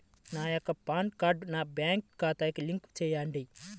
నా యొక్క పాన్ కార్డ్ని నా బ్యాంక్ ఖాతాకి లింక్ చెయ్యండి?